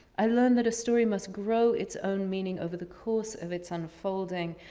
i learned that a story must grow its own meaning over the course of its unfolding.